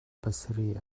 pasarih